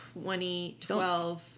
2012